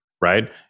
right